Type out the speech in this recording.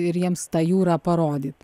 ir jiems tą jūrą parodyt